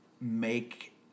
make